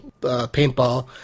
paintball